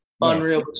unreal